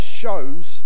shows